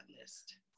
list